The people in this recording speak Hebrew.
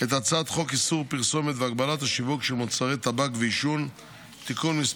את הצעת חוק איסור פרסומת והגבלת השיווק של מוצרי טבק ועישון (תיקון מס'